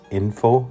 info